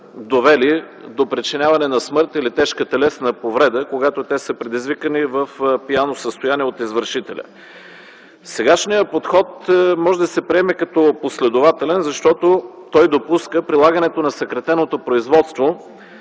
довели до причиняване на смърт или тежка телесна повреда, когато те са предизвикани в пияно състояние от извършителя. Сегашният подход може да се приеме като последователен, защото той допуска прилагането на съкратеното производство